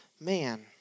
man